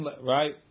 right